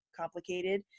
complicated